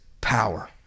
power